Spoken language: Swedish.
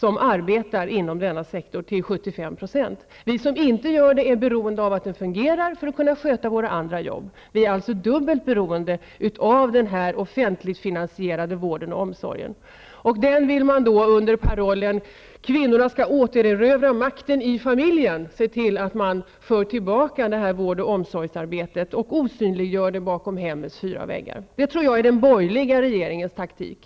De arbetar till 75 % inom denna sektor. Vi som inte gör det är beroende av att den fungerar för att kunna sköta våra jobb. Vi är alltså dubbelt beroende av den offentligt finansierade vården och omsorgen. Under parollen Kvinnorna skall återerövra makten i familjen, vill man se till att vården och omsorgsarbetet förs tillbaka och osynliggörs bakom hemmets fyra väggar. Jag tror att detta är den borgerliga regeringens taktik.